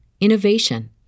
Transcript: innovation